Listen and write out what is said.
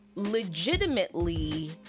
legitimately